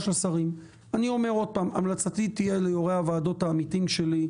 אני אומר עוד פעם: המלצתי תהיה ליושבי הראש העמיתים שלי,